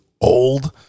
old